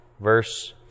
Verse